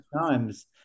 times